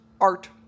art